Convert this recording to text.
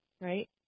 right